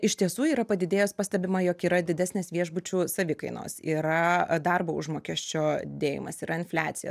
iš tiesų yra padidėjęs pastebima jog yra didesnės viešbučių savikainos yra darbo užmokesčio dėjimas yra infliacija